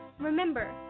Remember